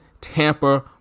Tampa